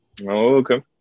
Okay